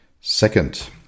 second